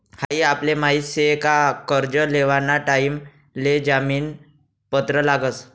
हाई आपले माहित शे का कर्ज लेवाना टाइम ले जामीन पत्र लागस